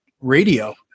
radio